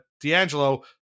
D'Angelo